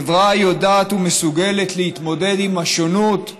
חברה שיודעת ומסוגלת להתמודד עם השונות בינינו,